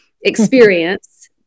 experience